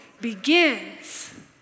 begins